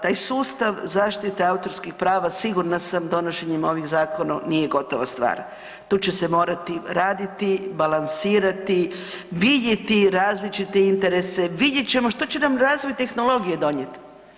Taj sustav zaštite autorskih prava sigurna sam donošenjem ovih zakona nije gotova stvar, tu će se morati raditi, balansirati, vidjeti različite interese, vidjet ćemo što će nam razvoj tehnologije donijet.